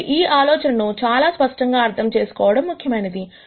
కాబట్టి ఈ ఆలోచనను చాలా స్పష్టముగా అర్థం చేసుకోవడం ముఖ్యమైనది